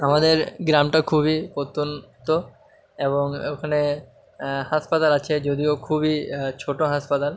আমাদের গ্রামটা খুবই প্রত্যন্ত এবং ওখানে হাসপাতাল আছে যদিও খুবই ছোটো হাসপাতাল